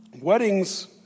weddings